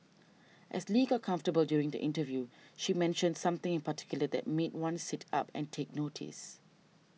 as Lee got comfortable during the interview she mentioned something in particular that made one sit up and take notice